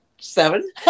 seven